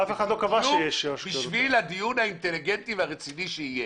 זה בדיוק בשביל הדיון האינטליגנטי והרציני שיהיה.